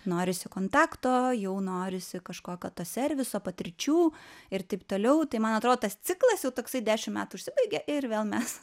norisi kontakto jau norisi kažkokio to serviso patirčių ir taip toliau tai man atrodo tas ciklas jau toksai dešim metų užsibaigia ir vėl mes